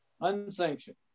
Unsanctioned